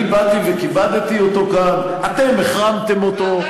אני באתי וכיבדתי אותו כאן, ואתם החרמתם אותו.